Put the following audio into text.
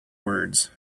words